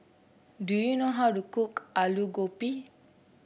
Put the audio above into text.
do you know how to cook Aloo Gobi